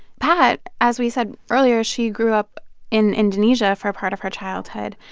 pat, as we said earlier, she grew up in indonesia for part of her childhood,